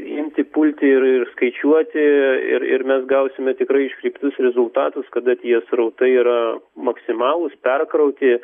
imti pulti ir ir skaičiuoti ir ir mes gausime tikrai tikslius rezultatus kada tie srautai yra maksimalūs perkrauti